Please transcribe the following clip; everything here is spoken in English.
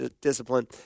discipline